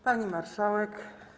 Pani Marszałek!